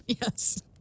Yes